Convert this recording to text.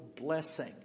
blessing